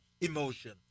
emotion